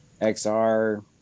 XR